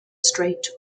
straight